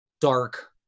dark